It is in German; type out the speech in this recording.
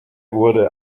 wurde